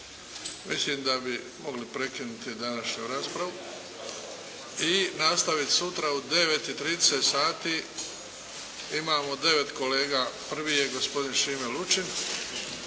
Mislim da bi mogli prekinuti današnju raspravu i nastaviti sutra u 9 i 30 sati. Imamo 9 kolega, prvi je gospodin Šime Lučin,